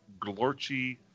glorchy